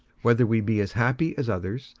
whether we be as happy as others,